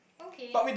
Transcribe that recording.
okay